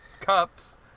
cups